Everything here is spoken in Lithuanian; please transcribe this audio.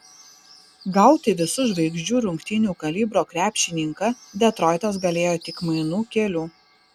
gauti visų žvaigždžių rungtynių kalibro krepšininką detroitas galėjo tik mainų keliu